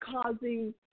causing